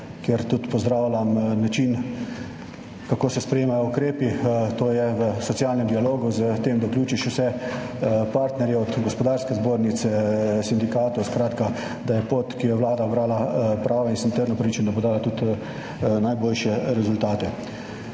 kjer pozdravljam tudi način, na katerega se sprejemajo ukrepi, to je v socialnem dialogu s tem, da vključiš vse partnerje – od gospodarske zbornice, sindikatov, skratka da je pot, ki jo je Vlada ubrala, prava in sem trdno prepričan, da bo dala tudi najboljše rezultate.